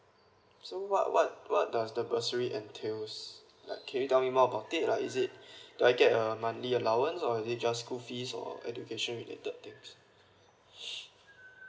so what what what does the bursary entails like can you tell me more about that like is it do I get a monthly allowance or is it just school fees or education related things